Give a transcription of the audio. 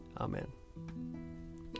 Amen